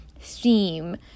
theme